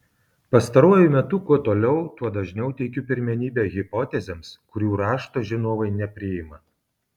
pastaruoju metu kuo toliau tuo dažniau teikiu pirmenybę hipotezėms kurių rašto žinovai nepriima